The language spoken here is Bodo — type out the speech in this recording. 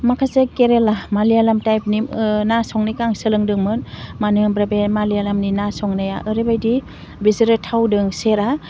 माखासे केरेला मालायालम टाइपनि ना संनायखौ आं सोलोंदोंमोन मानो होनब्ला बे मालायालमनि ना संनाया ओरैबायदि बिसोरो थावदों सेरा